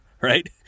right